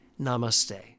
Namaste